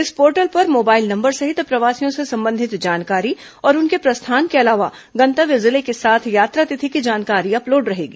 इस पोर्टल पर mobile number सहित प्रवासियों से संबंधित जानकारी और उनके प्रस्थान के अलावा गंतव्य जिले के साथ यात्रा तिथि की जानकारी अपलोड रहेगी